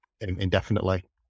indefinitely